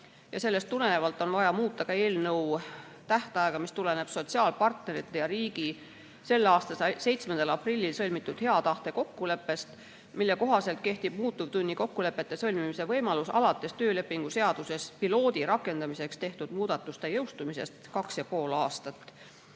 Sellest tulenevalt on vaja muuta ka eelnõu [jõustumise] tähtaega, mis tuleneb sotsiaalpartnerite ja riigi selle aasta 7. aprillil sõlmitud hea tahte kokkuleppest, mille kohaselt kehtib muutuvtunnikokkulepete sõlmimise võimalus alates töölepingu seaduses piloot[projekti] rakendamiseks tehtud muudatuste jõustumisest kaks ja pool aastat.